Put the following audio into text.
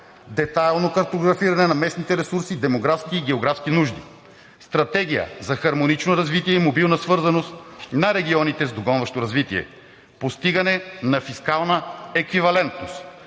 детайлно картографиране на местните ресурси, демографски и географски нужди; стратегия за хармонично развитие и мобилна свързаност на регионите с догонващо развитие; постигане на фискална еквивалентност;